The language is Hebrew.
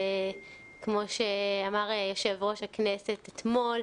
כמו שאמר יושב ראש הכנסת אתמול,